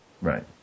Right